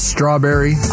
Strawberry